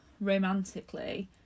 romantically